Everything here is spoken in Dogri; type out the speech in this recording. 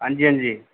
हां जी हां जी